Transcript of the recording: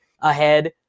ahead